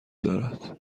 دارد